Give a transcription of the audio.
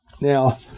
Now